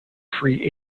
free